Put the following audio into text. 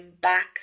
back